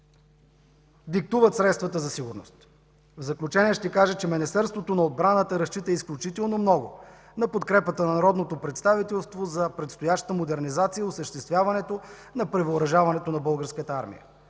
диктуват средствата за сигурност. В заключение ще кажа, че Министерството на отбраната разчита изключително много на подкрепата на народното представителство за предстояща модернизация и осъществяването на превъоръжаването на Българската армия.